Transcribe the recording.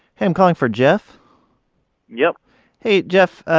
hey, i'm calling for jeff yep hey, jeff.